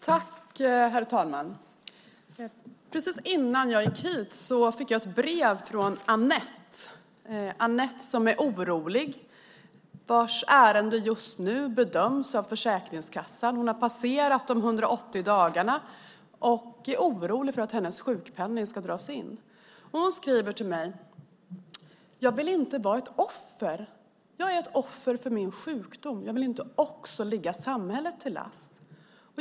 Herr talman! Strax innan jag gick hit fick jag ett brev från Anette. Hennes ärende bedöms just nu av Försäkringskassan. Hon har passerat de 180 dagarna och är orolig för att hennes sjukpenning ska dras in. Hon skriver till mig: Jag vill inte vara ett offer. Jag är ett offer för min sjukdom. Jag vill inte också ligga samhället till last.